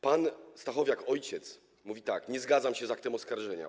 Pan Stachowiak ojciec mówi tak: Nie zgadzam się z aktem oskarżenia.